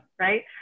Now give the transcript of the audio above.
right